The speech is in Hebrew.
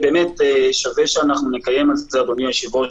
אדוני היושב-ראש,